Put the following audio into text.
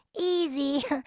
Easy